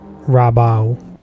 Rabau